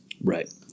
right